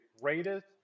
greatest